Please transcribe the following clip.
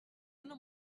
una